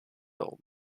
old